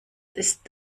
ist